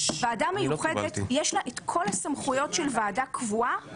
לוועדה מיוחדת יש את כל הסמכויות של ועדה קבועה,